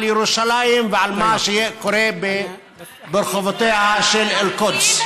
ירושלים ועל מה שקורה ברחובותיה של אל-קודס.